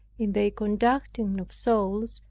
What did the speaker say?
in their conducting of souls,